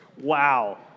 Wow